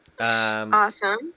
Awesome